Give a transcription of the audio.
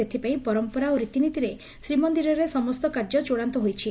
ସେଥିପାଇଁ ପର୍ମ୍ପରା ଓ ରୀତିନୀତିରେ ଶ୍ରୀମନ୍ଦିରରେ ସମସ୍ତ କାର୍ଯ୍ୟ ଚୂଡ଼ାନ୍ନ ହୋଇଛି